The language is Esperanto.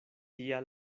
tia